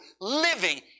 living